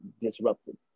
disrupted